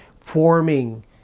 forming